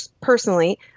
personally